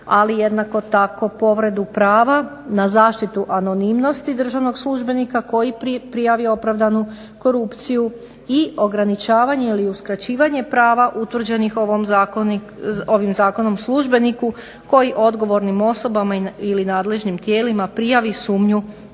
ali jednako tako povredu prava na zaštitu anonimnosti državnog službenika koji prijavi opravdanu korupciju i ograničavanje ili uskraćivanje prava utvrđenih ovim zakonom službeniku koji odgovornim osobama ili nadležnim tijelima prijavi sumnju na korupciju